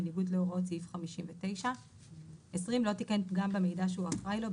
בניגוד להוראות סעיף 59. לא תיקן פגם במידע שהוא אחראי לו,